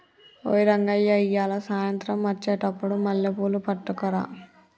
ఓయ్ రంగయ్య ఇయ్యాల సాయంత్రం అచ్చెటప్పుడు మల్లెపూలు పట్టుకరా